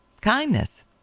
kindness